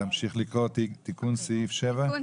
תיקון סעיף 7. סעיף 7 מדבר על תגמולים מיוחדים.